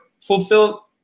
fulfill